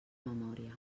memòria